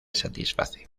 satisface